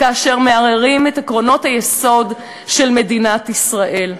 כאשר מערערים את עקרונות היסוד של מדינת ישראל.